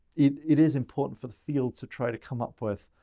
it it is important for the field to try to come up with,